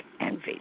envy